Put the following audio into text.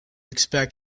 expect